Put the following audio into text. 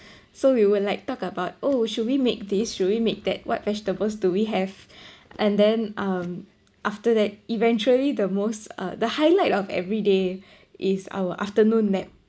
so we would like talk about oh should we make this should we make that what vegetables do we have and then um after that eventually the most uh the highlight of every day is our afternoon nap